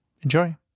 Enjoy